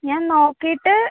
ഞാൻ നോക്കിയിട്ട്